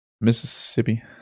Mississippi